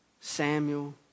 Samuel